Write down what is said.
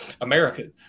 America